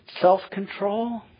self-control